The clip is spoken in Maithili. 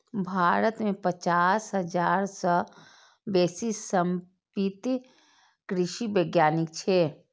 भारत मे पचास हजार सं बेसी समर्पित कृषि वैज्ञानिक छै